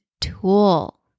tool